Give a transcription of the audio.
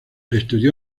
estudió